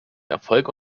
erfolg